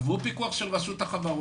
עברו פיקוח של רשות החברות,